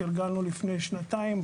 תרגלנו לפני שנתיים,